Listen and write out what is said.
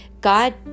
God